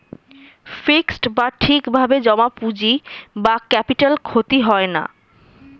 fixed বা ঠিক ভাবে জমা পুঁজি বা ক্যাপিটাল ক্ষতি হয় না